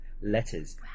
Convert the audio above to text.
letters